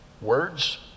words